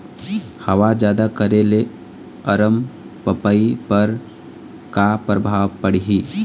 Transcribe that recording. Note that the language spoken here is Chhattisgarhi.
हवा जादा करे ले अरमपपई पर का परभाव पड़िही?